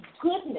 goodness